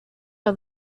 are